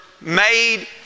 made